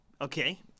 okay